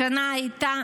השנה הייתה